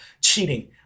cheating